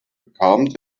bekam